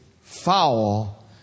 foul